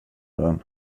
den